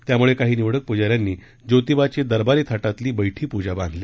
त्यामुळे काही निवडक पूजाऱ्यांनी जोतिबाची दरबारी थाटातील बैठी पूजा बांधली